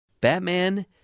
Batman